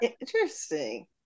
interesting